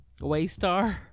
waystar